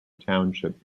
township